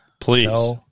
please